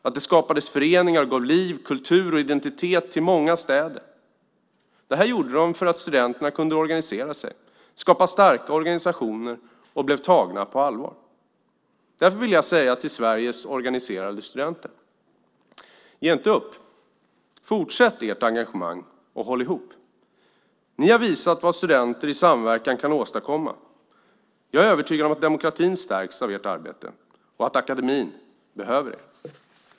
Att det skapades föreningar gav liv, kultur och identitet till många städer. Det här gjorde de för att studenterna kunde organisera sig, skapa starka organisationer och blev tagna på allvar. Därför vill jag säga till Sveriges organiserade studenter: Ge inte upp! Fortsätt ert engagemang och håll ihop! Ni har visat vad studenter i samverkan kan åstadkomma. Jag är övertygad om att demokratin stärks av ert arbete och att akademin behöver er.